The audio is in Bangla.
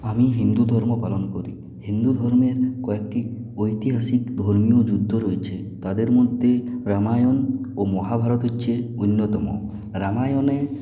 আমি হিন্দু ধর্ম পালন করি হিন্দু ধর্মের কয়েকটি ঐতিহাসিক ধর্মীয় যুদ্ধ রয়েছে তাদের মধ্যে রামায়ণ ও মহাভারত হচ্ছে অন্যতম রামায়ণে